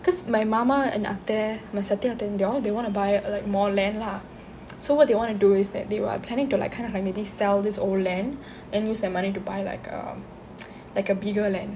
cause my மாமா:maama and அத்தை:atthai my Sathya அத்தை:sathya atthai they want to buy like more land lah so they want to do is that they are planning to like kind of like maybe sell this old land and use that money to buy like uh like a bigger land